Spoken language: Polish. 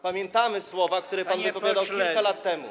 Pamiętamy słowa, które pan wypowiadał kilka lat temu.